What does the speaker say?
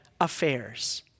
affairs